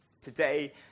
today